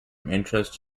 interests